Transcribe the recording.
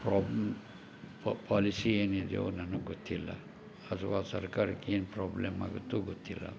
probe policy ಏನಿದ್ಯೋ ನನಗೆ ಗೊತ್ತಿಲ್ಲ ಅದು ಆ ಸರ್ಕಾರಕ್ಕೆ ಏನು ಪ್ರೋಬ್ಲಮ್ ಆಗುತ್ತೋ ಗೊತ್ತಿಲ್ಲ